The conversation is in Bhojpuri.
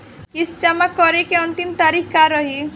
किस्त जमा करे के अंतिम तारीख का रही?